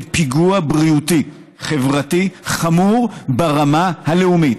פיגוע בריאותי חברתי חמור ברמה הלאומית,